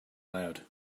loud